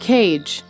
Cage